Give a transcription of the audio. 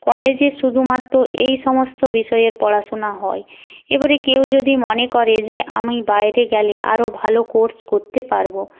কলেজে শুধুমাত্র এই সমস্ত বিষয়ের পড়াশোনা হয় এবারে কেউ যদি মনে করে যে আমি বাইরে গেলে আরও ভালো কোর্স করতে পারবো